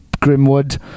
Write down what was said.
Grimwood